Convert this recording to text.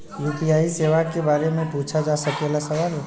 UPI सेवा के बारे में पूछ जा सकेला सवाल?